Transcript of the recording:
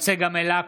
צגה מלקו,